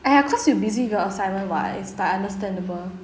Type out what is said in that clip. !aiya! cause you busy with your assignment what it's like understandable